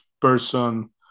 person